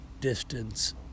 distance